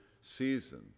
season